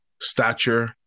stature